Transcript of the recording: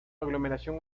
aglomeración